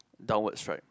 downward stripe